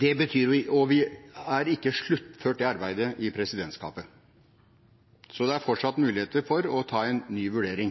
Vi har ikke sluttført dette arbeidet i presidentskapet, så det er fortsatt muligheter for å ta en ny vurdering.